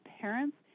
parents